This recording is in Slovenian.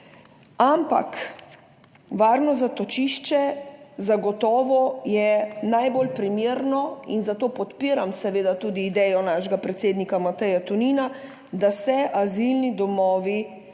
ampak varno zatočišče zagotovo je najbolj primerno in zato podpiram seveda tudi idejo našega predsednika Mateja Tonina, da se azilni domovi